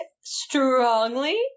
strongly